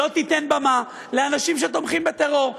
שלא תיתן במה לאנשים שתומכים בטרור.